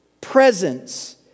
presence